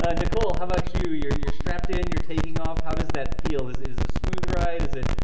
ah nicole, how much you you're you're strapped in. you're taking off. how does that feel? this is a smooth ride, is it?